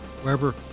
wherever